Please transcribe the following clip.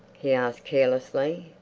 he asked carelessly,